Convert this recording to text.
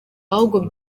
ahubwo